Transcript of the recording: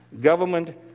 government